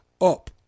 up